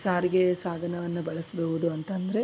ಸಾರಿಗೆಯ ಸಾಧನವನ್ನು ಬಳಸಬಹುದು ಅಂತಂದರೆ